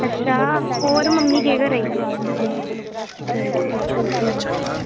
अच्छा होर मम्मी केह् करा दी